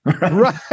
Right